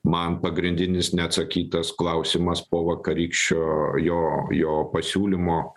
man pagrindinis neatsakytas klausimas po vakarykščio jo jo pasiūlymo